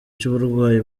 cy’uburwayi